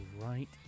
right